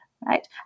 right